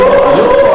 לא לא,